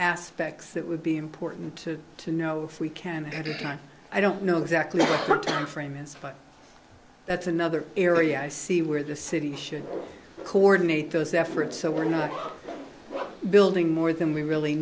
aspects that would be important to know if we can at a time i don't know exactly what the time frame is but that's another area i see where the city should coordinate those efforts so we're not building more than we really